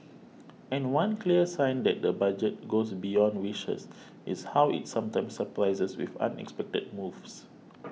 and one clear sign that the budget goes beyond wishes is how it sometimes surprises with unexpected moves